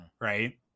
Right